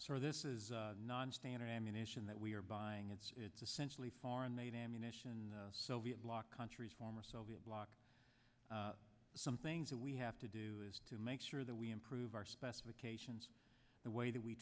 so this is nonstandard ammunition that we are buying it's essentially foreign made ammunition soviet bloc countries former soviet bloc some things that we have to do is to make sure that we improve our specifications the way that we